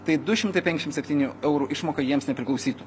tai du šimtai penkdešim septynių eurų išmoka jiems nepriklausytų